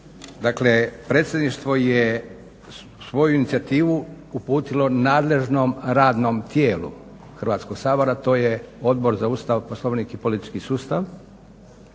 Dakle, predsjedništvo je svoju inicijativu uputilo nadležnom radnom tijelu Hrvatskog sabora to je Odbor za Ustav, Poslovnik i politički sustav